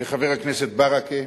לחבר הכנסת ברכה,